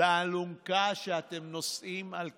לאלונקה שאתם נושאים על כתפיכם?